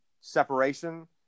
separation